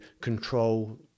control